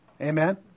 Amen